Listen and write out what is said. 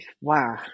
Wow